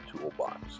toolbox